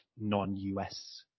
non-US